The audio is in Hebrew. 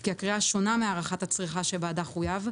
כי הקריאה שונה מהערכת הצריכה שבעדה חויב,